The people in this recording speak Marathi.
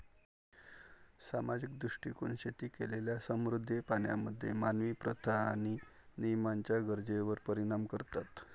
सामाजिक दृष्टीकोन शेती केलेल्या समुद्री प्राण्यांमध्ये मानवी प्रथा आणि नियमांच्या गरजेवर परिणाम करतात